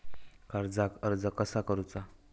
कर्जाक अर्ज कसा करुचा?